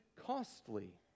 costly